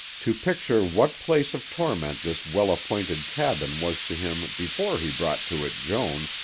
to picture what place of torment this well-appointed cabin was to him before he brought to it joan,